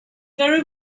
very